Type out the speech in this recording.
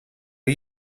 are